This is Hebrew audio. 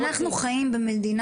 בה אנו חיים,